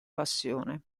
passione